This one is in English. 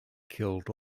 killed